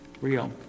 Real